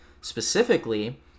specifically